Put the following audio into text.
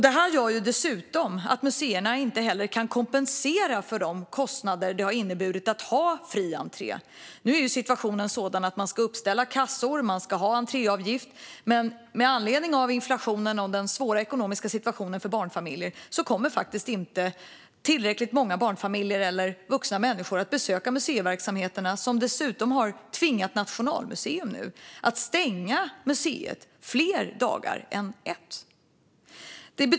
Detta gör att museerna inte heller kan kompensera för de kostnader som det inneburit att ha fri entré. Nu är situationen sådan att man ska ställa upp kassor och ha entréavgift, men med anledning av inflationen och den svåra ekonomiska situationen för barnfamiljer kommer faktiskt inte tillräckligt många barnfamiljer eller vuxna människor att besöka museiverksamheterna. Detta har tvingat Nationalmuseum att hålla stängt fler dagar än en.